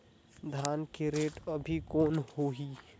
धान के रेट अभी कौन होही?